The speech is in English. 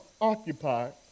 occupied